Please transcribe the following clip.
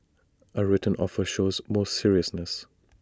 A written offer shows more seriousness